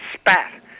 spat